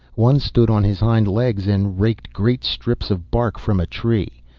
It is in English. one stood on his hind legs and raked great strips of bark from a tree.